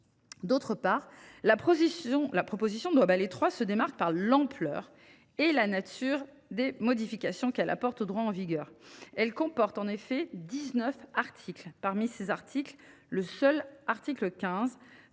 D’autre part, la proposition de loi Balai III se démarque par l’ampleur et la nature des modifications qu’elle entend apporter au droit en vigueur. Elle comporte en effet dix neuf articles. Parmi ceux ci, le seul article 15